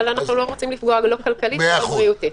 אבל אנחנו לא רוצים לפגוע כלכלית ולא בריאותית.